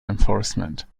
enforcement